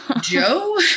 Joe